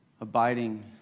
Abiding